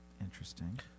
interesting